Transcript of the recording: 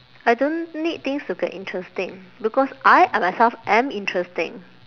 I don't need things to get interesting because I I myself am interesting